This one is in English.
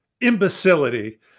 imbecility